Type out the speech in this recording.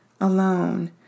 alone